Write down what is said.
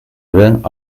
vingt